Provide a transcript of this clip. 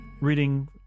Reading